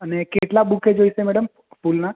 અને કેટલા બુકે જોઈશે મેડમ ફૂલના